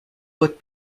but